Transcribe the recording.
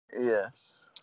Yes